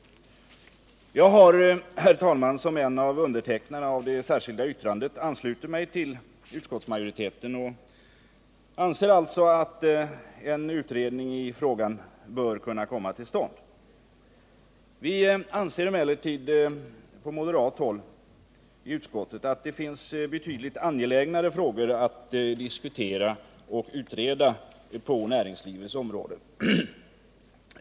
Jag har, herr talman, som en av undertecknarna av det särskilda yttrandet anslutit mig till utskottsmajoriteten och anser alltså att en utredning i frågan bör komma till stånd. Vi anser emellertid på moderat håll i utskottet att det finns betydligt angelägnare frågor att diskutera och utreda på näringslivets område.